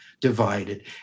divided